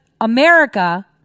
America